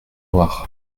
noires